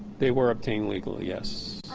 they were obtained legally. yes.